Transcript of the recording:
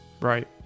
Right